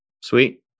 Sweet